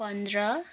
पन्ध्र